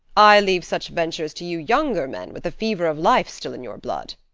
i leave such ventures to you younger men with the fever of life still in your blood.